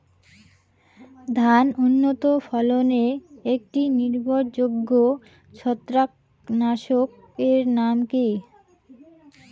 ধান উন্নত ফলনে একটি নির্ভরযোগ্য ছত্রাকনাশক এর নাম কি?